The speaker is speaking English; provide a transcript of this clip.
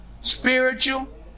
spiritual